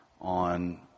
on